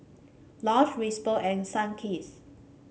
Lush Whisper and Sunkist